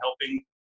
helping